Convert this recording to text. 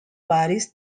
bodies